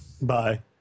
Bye